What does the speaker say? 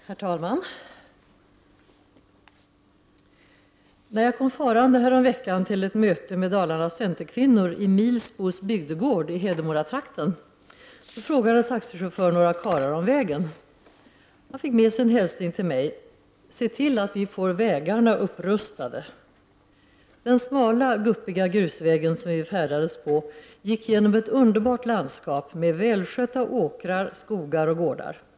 Herr talman! När jag kom farande häromveckan till ett möte med Dalarnas centerkvinnor i Milsbos bygdegård i Hedemoratrakten, frågade taxichauffören några karlar om vägen. Han fick med sig en hälsning till mig: ”Se till att vi får vägarna upprustade!” Den smala, guppiga grusvägen som vi färdades på gick genom ett underbart landskap med välskötta åkrar, skogar och gårdar.